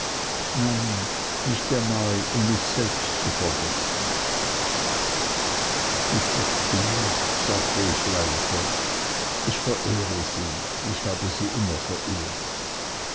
nein nicht einmal um mich selbst zu vergessen ich verstehe sagte ich leise ich verehre sie ich habe sie immer verehrt